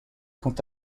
quant